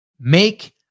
Make